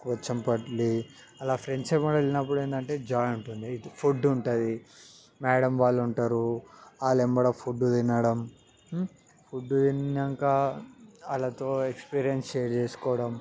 పోచంపల్లి అలా ఫ్రెండ్స్ వెంబడి వెళ్ళినప్పుడు ఏంటంటే అటు జాయ్ ఉంటుంది ఇటు ఫుడ్ ఉంటుంది మేడం వాళ్ళు ఉంటారు వాళ్ళ వెంబడి ఫుడ్ తినడం ఫుడ్ తిన్నాక వాళ్ళతో ఎక్స్పీరియన్స్ షేర్ చేసుకోవడం